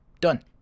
done